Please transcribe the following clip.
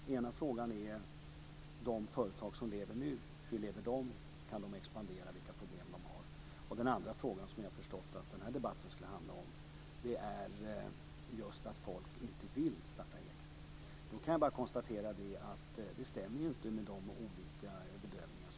Den ena frågan handlar om hur de företag som nu finns lever, om de kan expandera och vilka problem de har. Den andra frågan som jag har förstått att den här debatten skulle handla om gäller att människor inte vill starta eget. Då kan jag bara konstatera att det inte stämmer med de olika bedömningar som har gjorts.